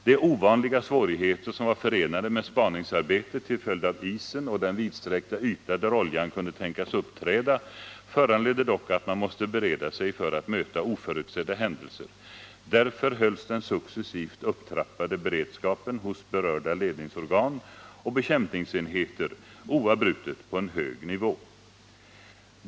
De ovanliga svårigheter som var förenade med spaningsarbetet till följd av isen och den vidsträckta yta där oljan kunde tänkas uppträda föranledde dock att man måste bereda sig för att möta oförutsedda händelser. Därför hölls den N "successivt upptrappade beredskapen hos berörda ledningsorgan och bekämpningsenheter oavbrutet på en hög nivå.